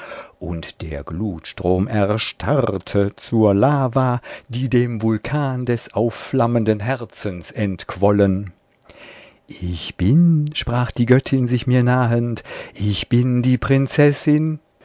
und der glutstrom erstarrte zur lava die dem vulkan des aufflammenden herzens entquollen ich bin sprach die göttin sich mir nahend ich bin die prinzessin